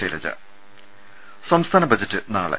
ശൈലജ സംസ്ഥാന ബജറ്റ് നാളെ